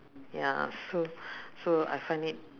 ya so so I find it